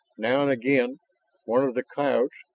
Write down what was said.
now and again one of the coyotes,